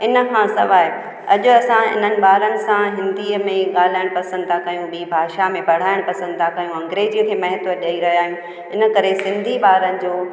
इन खां सिवाए अॼु असां इन्हनि ॿारनि सां हिंदीअ में ई ॻाल्हाइण पसंदि था कयूं ॿी भाषा में पढ़ाइण पसंदि था कयूं अंग्रेजीअ खे महत्व ॾेई रहिया आहियूं इन करे सिंधी ॿारनि जो